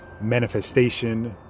manifestation